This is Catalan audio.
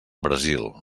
brasil